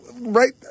right